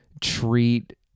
treat